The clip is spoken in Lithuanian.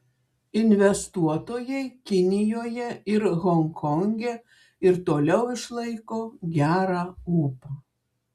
investuotojai kinijoje ir honkonge ir toliau išlaiko gerą ūpą